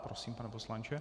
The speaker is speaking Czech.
Prosím, pane poslanče.